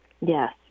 Yes